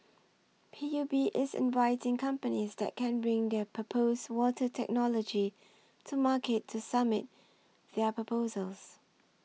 P U B is inviting companies that can bring their proposed water technology to market to submit their proposals